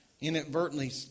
inadvertently